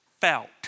felt